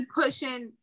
pushing